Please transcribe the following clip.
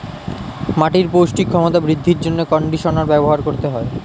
মাটির পৌষ্টিক ক্ষমতা বৃদ্ধির জন্য কন্ডিশনার ব্যবহার করতে হয়